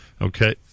Okay